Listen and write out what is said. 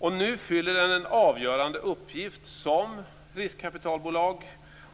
Nu fyller den en avgörande funktion som riskkapitalbolag